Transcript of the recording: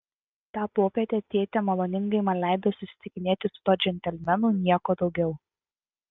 tą popietę tėtė maloningai man leido susitikinėti su tuo džentelmenu nieko daugiau